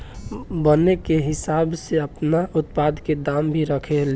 बने के हिसाब से आपन उत्पाद के दाम भी रखे ले